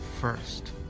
first